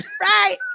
Right